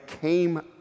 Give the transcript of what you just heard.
came